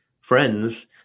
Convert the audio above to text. friends